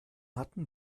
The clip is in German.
hatten